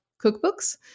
cookbooks